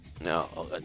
No